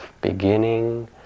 beginning